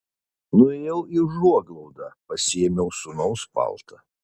nuėjau į užuoglaudą pasiėmiau sūnaus paltą